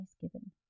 given